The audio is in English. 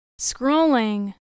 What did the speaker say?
scrolling